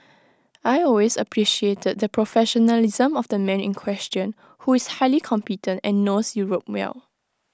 I always appreciated the professionalism of the man in question who is highly competent and knows Europe well